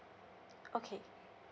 okay